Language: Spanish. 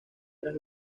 tras